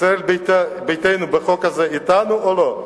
ישראל ביתנו בחוק הזה אתנו, או לא?